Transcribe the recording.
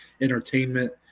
entertainment